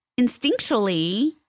instinctually